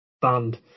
band